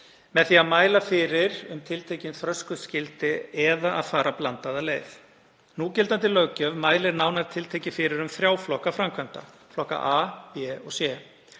með því að mæla fyrir um tiltekin þröskuldsgildi eða fara blandaða leið. Núgildandi löggjöf mælir nánar tiltekið fyrir um þrjá flokka framkvæmda, flokka A, B og C.